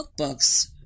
cookbooks